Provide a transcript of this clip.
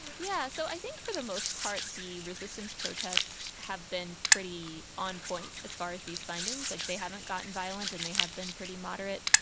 yeah so i think for the most part the resistance protests have been pretty on point as far as these findings. like they haven't gotten violent and they have been pretty moderate.